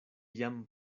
jam